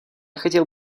хотел